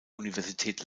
universität